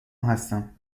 هستم